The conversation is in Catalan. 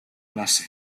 classe